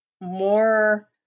more